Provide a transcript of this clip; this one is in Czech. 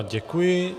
Děkuji.